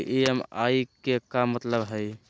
EMI के का मतलब हई?